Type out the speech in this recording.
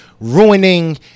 ruining